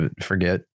forget